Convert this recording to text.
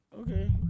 okay